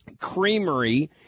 creamery